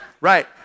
Right